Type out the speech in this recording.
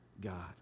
God